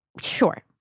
Sure